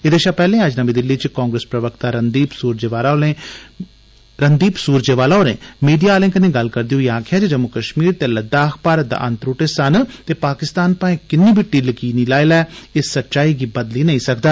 एहदे शा पैहले अज्ज नर्मी दिलली च कांग्रेस प्रवक्ता रणदीप सूरजेवाला होरें मीडिया आले कन्नै गल्ल करदे होइ आक्खेआ जे जम्मू कश्मीर ते लद्दाख भारत दा अनत्रद्ट हिस्सा न पाकिस्तान भाएं किन्नी टिल्ल नेई लाई लै इस सच्चाई गी बदली नेई सकदा